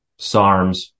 SARMs